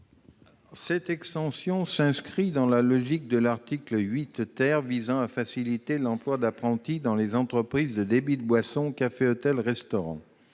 telle extension s'inscrit dans la logique de l'article 8 , qui vise à faciliter l'emploi d'apprentis dans les entreprises de débit de boissons, comme les cafés, hôtels et restaurants.